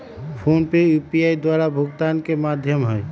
PhonePe UPI द्वारा भुगतान के माध्यम हइ